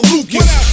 Lucas